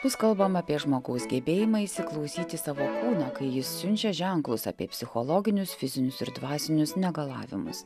bus kalbama apie žmogaus gebėjimą įsiklausyti į savo kūną kai jis siunčia ženklus apie psichologinius fizinius ir dvasinius negalavimus